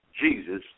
Jesus